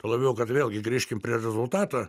tuo labiau kad vėlgi grįžkim prie rezultato